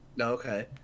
Okay